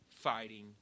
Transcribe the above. fighting